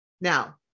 Now